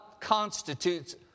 constitutes